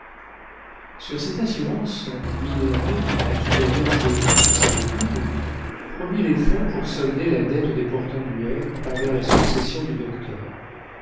sur cette assurance minoret à qui d'ailleurs zélie poussa le coude promit les fonds pour solder la dette des portenduère envers la succession du docteur